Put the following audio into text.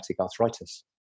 arthritis